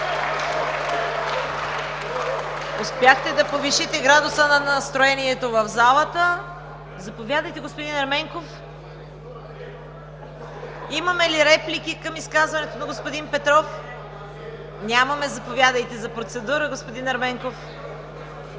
Успяхте да повишите градуса на настроението в залата. Има ли реплики към изказването на господин Петров? Няма. Заповядайте за процедура, господин Ерменков.